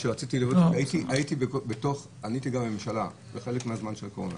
הייתי בממשלה חלק מהזמן בקורונה